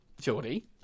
Geordie